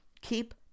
Keep